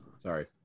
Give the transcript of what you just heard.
Sorry